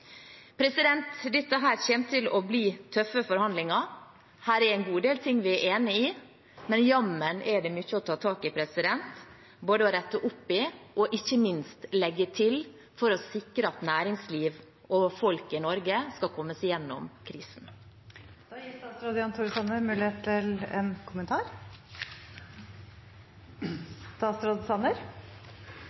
Dette kommer til å bli tøffe forhandlinger. Her er det en god del vi er enig i, men jammen er det mye å ta tak i – både å rette opp i og ikke minst å legge til – for å sikre at næringsliv og folk i Norge skal komme seg gjennom krisen. Jeg ser frem til gode samtaler med Fremskrittspartiet om budsjettet til